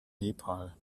nepal